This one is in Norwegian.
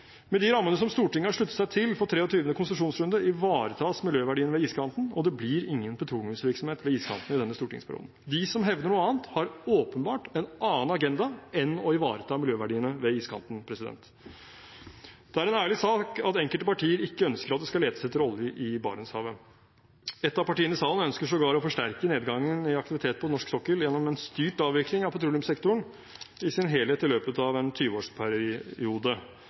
Med de rammene som Stortinget har sluttet seg til for 23. konsesjonsrunde, ivaretas miljøverdiene ved iskanten, og det blir ingen petroleumsvirksomhet ved iskanten i denne stortingsperioden. De som hevder noe annet, har åpenbart en annen agenda enn å ivareta miljøverdiene ved iskanten. Det er en ærlig sak at enkelte partier ikke ønsker at det skal letes etter olje i Barentshavet. Et av partiene i salen ønsker sågar å forsterke nedgangen i aktivitet på norsk sokkel gjennom en styrt avvikling av petroleumssektoren i sin helhet i løpet av en